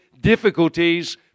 difficulties